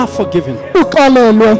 forgiven